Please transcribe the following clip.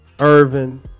Irvin